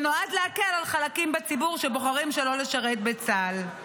שנועד להקל על חלקים בציבור שבוחרים לא לשרת בצה"ל.